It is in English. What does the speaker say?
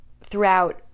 throughout